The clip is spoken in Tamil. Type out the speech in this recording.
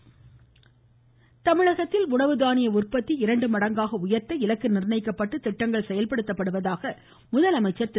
முதலமைச்சர் உணவு தானியம் தமிழகத்தில் உணவு தானிய உற்பத்தி இரண்டு மடங்காக உயர்த்த இலக்கு நிர்ணயிக்கப்பட்டு திட்டங்கள் செயல்படுத்தப்படுவதாக முதலமைச்சர் திரு